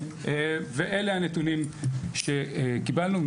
ואלה הנתונים שקיבלנו.